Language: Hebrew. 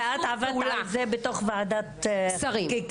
ואת עבדת על זה בתוך ועדת חקיקה.